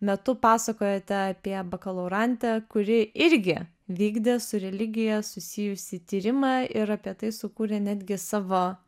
metu pasakojate apie bakalaurantę kuri irgi vykdė su religija susijusį tyrimą ir apie tai sukūrė netgi savo